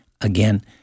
Again